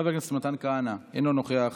חבר הכנסת אופיר סופר, אינו נוכח,